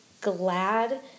glad